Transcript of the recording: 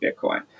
Bitcoin